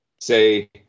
say